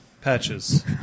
Patches